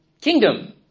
kingdom